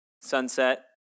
sunset